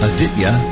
Aditya